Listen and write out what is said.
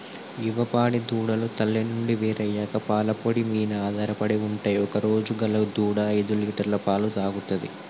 యువ పాడి దూడలు తల్లి నుండి వేరయ్యాక పాల పొడి మీన ఆధారపడి ఉంటయ్ ఒకరోజు గల దూడ ఐదులీటర్ల పాలు తాగుతది